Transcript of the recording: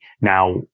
Now